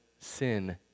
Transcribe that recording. sin